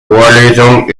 vorlesung